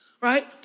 right